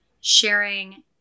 sharing